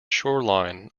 shoreline